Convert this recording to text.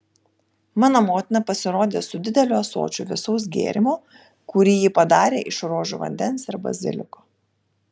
mano motina pasirodė su dideliu ąsočiu vėsaus gėrimo kurį ji padarė iš rožių vandens ir baziliko